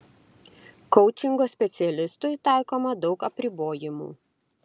koučingo specialistui taikoma daug apribojimų